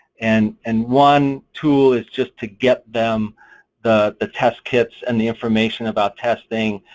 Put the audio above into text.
and and one tool is just to get them the the test kits and the information about testing,